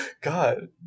God